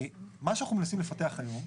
מה שאנחנו מנסים לפתח היום,